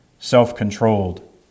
self-controlled